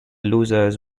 losers